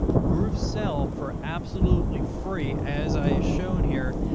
groove, sell for absolutely free. as i shown here,